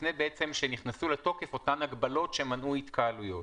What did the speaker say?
לפני שנכנסו לתוקף אותן הגבלות שמנעו התקהלויות.